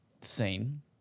scene